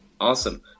Awesome